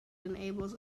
enables